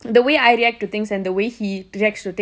the way I react to things and the way he reacts to things